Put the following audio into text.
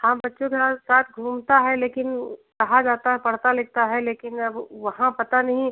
हाँ बच्चों के साथ साथ घूमता है लेकिन कहाँ जाता है पढ़ता लिखता है लेकिन अब वहाँ पता नहीं